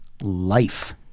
life